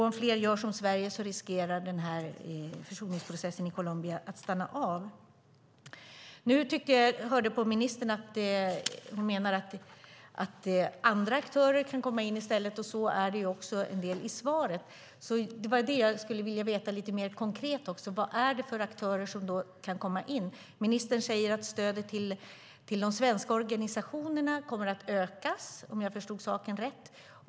Om fler gör som Sverige riskerar försoningsprocessen i Colombia att stanna av. Jag hörde på ministern att hon menar att andra aktörer kan komma in i stället, och en del av svaret pekar också på det. Det jag skulle vilja veta lite mer konkret är vilka aktörer det är som då kan komma in. Ministern säger att stödet till de svenska organisationerna kommer att ökas, om jag förstod saken rätt.